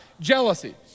jealousy